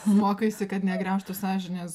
mokaisi kad negriaužtų sąžinės